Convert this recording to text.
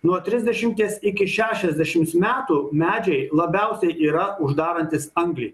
nuo trisdešimties iki šešiasdešims metų medžiai labiausiai yra uždarantys anglį